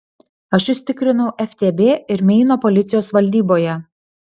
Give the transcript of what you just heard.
aš jus tikrinau ftb ir meino policijos valdyboje